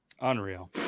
unreal